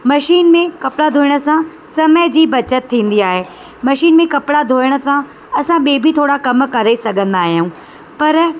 machine में कपिड़ा धोइण सां समय जी बचति थींदी आहे मशीन में कपिड़ा धोइण सां असां ॿिए बि थोरा कम करे सघंदा आहियूं पर